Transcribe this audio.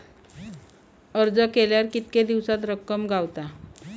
अर्ज केल्यार कीतके दिवसात रक्कम गावता?